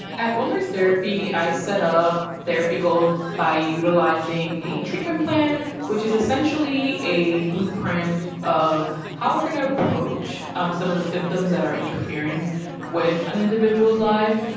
at roamers therapy, i set up therapy goals by utilizing a treatment plan, which is essentially a blueprint of how we're going to approach um some of the symptoms that are interfering with an individual's life.